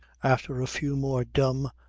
after a few more dumb,